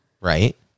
Right